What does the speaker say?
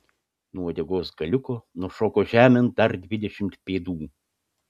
nuo uodegos galiuko nušoko žemėn dar dvidešimt pėdų